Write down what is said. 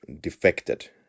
defected